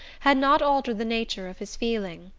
had not altered the nature of his feeling.